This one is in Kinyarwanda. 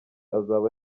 azaba